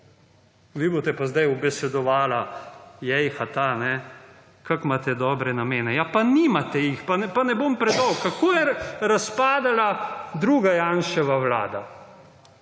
vi boste pa zdaj ubesedovala jehata kako imate dobre namene. Ja, pa nimate jih, pa ne bom predolg. Kako je razpadala druga Janševa Vlada.